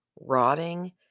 rotting